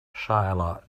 shiela